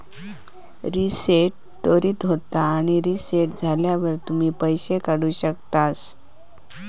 reset त्वरीत होता आणि रीसेट झाल्यावर तुम्ही पैशे काढु शकतास